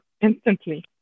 instantly